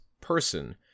person